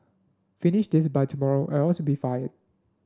finish this by tomorrow else you'll be fired